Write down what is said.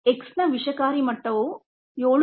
X ನ ವಿಷಕಾರಿ ಮಟ್ಟವು 7